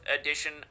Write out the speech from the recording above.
edition